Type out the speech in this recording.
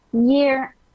year